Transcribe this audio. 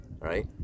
right